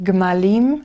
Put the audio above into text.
Gmalim